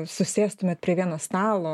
susėstumėt prie vieno stalo